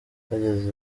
bageze